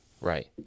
Right